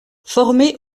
formé